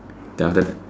then after that